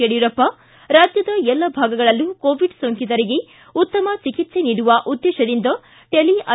ಯಡಿಯೂರಪ್ಪ ರಾಜ್ಯದ ಎಲ್ಲ ಭಾಗಗಳಲ್ಲೂ ಕೋವಿಡ್ ಸೋಂಕಿತರ ಉತ್ತಮ ಚಿಕಿತ್ಸೆ ನೀಡುವ ಉದ್ದೇಶದಿಂದ ಟೆಲಿ ಐ